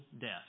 death